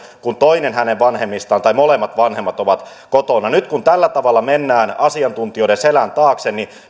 kun toinen hänen vanhemmistaan on kotona tai molemmat vanhemmat ovat kotona nyt kun tällä tavalla mennään asiantuntijoiden selän taakse